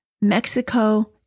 Mexico